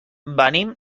venim